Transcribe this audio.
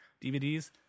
DVDs